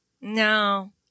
No